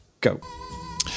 go